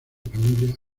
familia